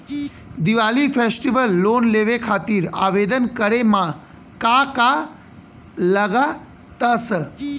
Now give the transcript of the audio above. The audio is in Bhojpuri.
दिवाली फेस्टिवल लोन लेवे खातिर आवेदन करे म का का लगा तऽ?